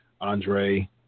Andre